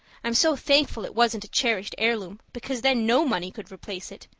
i'm so thankful it wasn't a cherished heirloom because then no money could replace it.